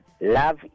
love